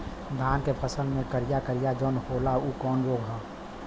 धान के फसल मे करिया करिया जो होला ऊ कवन रोग ह?